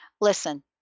listen